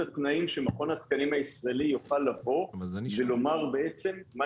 התנאים שמכון התקנים הישראלי יוכל לבוא ולומר בעצם מה